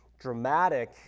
dramatic